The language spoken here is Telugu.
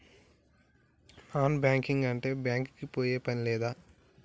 నాన్ బ్యాంకింగ్ అంటే బ్యాంక్ కి పోయే పని లేదా?